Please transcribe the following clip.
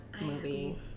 movie